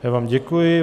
Já vám děkuji.